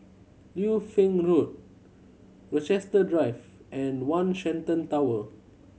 Liu Fang Road Rochester Drive and One Shenton Tower